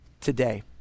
today